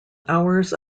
hours